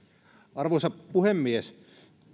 arvoisa puhemies